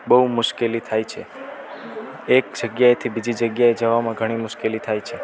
બહુ મુશ્કેલી થાય છે એક જગ્યાએથી બીજી જગ્યાએ જવામાં ઘણી મુશ્કેલી થાય છે